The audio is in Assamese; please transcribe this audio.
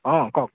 অঁ কওক